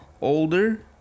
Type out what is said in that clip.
older